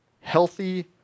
healthy